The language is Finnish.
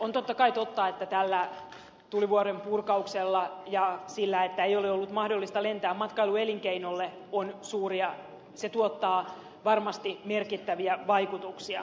on totta kai totta että tämä tulivuorenpurkaus ja se että ei ole ollut mahdollista lentää matkailuelinkeinolle on suuri ja se vaikuttavat varmasti matkailuelinkeinoon merkittävällä tavalla